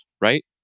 right